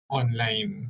online